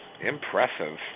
Impressive